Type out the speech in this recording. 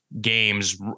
games